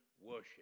worship